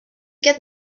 get